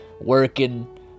working